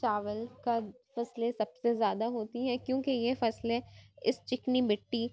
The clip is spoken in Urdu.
چاول کا فصلیں سب سے زیادہ ہوتی ہے کیوں کہ یہ فصلیں اِس چکنی مٹی